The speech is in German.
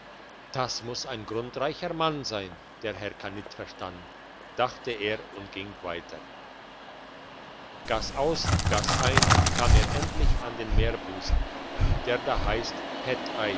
das muss ein grundreicher mann sein der herr kannitverstan dachte er und ging weiter gass aus gass ein kam er endlich an den meerbusen der da heisst